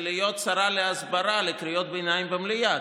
להיות שרה להסברה ולקריאות ביניים במליאה,